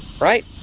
right